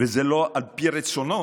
וזה לא על פי רצונו,